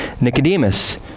Nicodemus